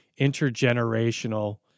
intergenerational